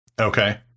Okay